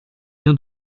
bien